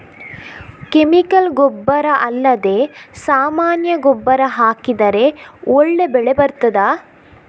Chemical ಗೊಬ್ಬರ ಅಲ್ಲದೆ ಸಾಮಾನ್ಯ ಗೊಬ್ಬರ ಹಾಕಿದರೆ ಒಳ್ಳೆ ಬೆಳೆ ಬರ್ತದಾ?